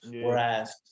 Whereas